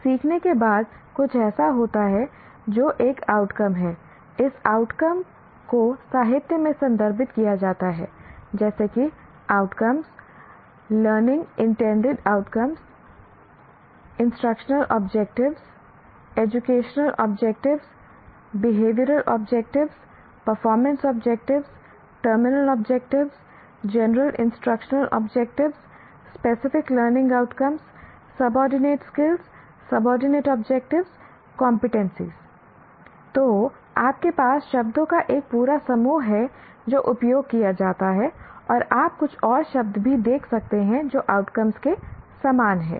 सीखने के बाद कुछ ऐसा होता है जो एक आउटकम है इस आउटकम को साहित्य में संदर्भित किया जाता है जैसे कि outcomes learning outcome intended learning outcome instructional objectives educational objectives behavioural objective performance objective terminal objective general instructional objectives specific learning outcome subordinate skills subordinate objective competences I तो आपके पास शब्दों का एक पूरा समूह है जो उपयोग किया जाता है और आप कुछ और शब्द भी देख सकते हैं जो आउटकम्स के समान हैं